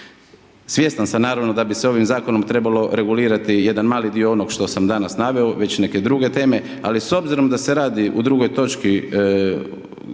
Svjestan sam naravno da bi se ovim zakonom trebalo regulirati jedan mali dio onog što sam malo naveo, već neke druge teme, al s obzirom da se radi u drugoj točki,